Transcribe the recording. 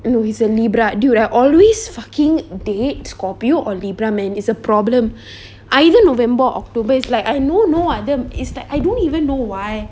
and recently brought dude I always fucking date scorpio or libra man it's a problem either november october it's like I know no atham is that I don't even know why